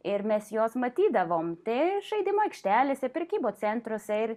ir mes juos matydavom tai žaidimų aikštelėse prekybos centruose ir